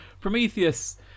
Prometheus